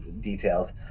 details